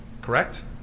Correct